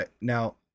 Now